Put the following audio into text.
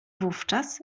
wówczas